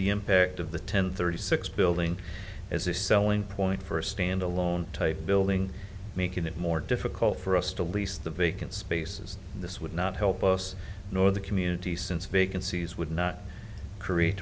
the impact of the ten thirty six building as a selling point for a stand alone type building making it more difficult for us to lease the vacant spaces and this would not help us nor the community since vacancies would not create